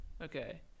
Okay